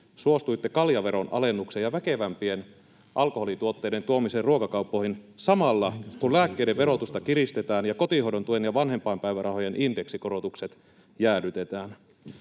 suostuitte kaljaveron alennukseen ja väkevämpien alkoholituotteiden tuomiseen ruokakauppoihin, samalla kun lääkkeiden verotusta kiristetään ja kotihoidon tuen ja vanhempainpäivärahojen indeksikorotukset jäädytetään?